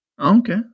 Okay